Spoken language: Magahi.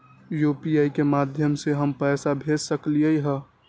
यू.पी.आई के माध्यम से हम पैसा भेज सकलियै ह?